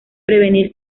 prevenir